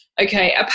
okay